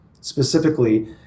specifically